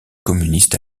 communiste